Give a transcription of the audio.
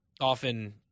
often